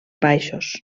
baixos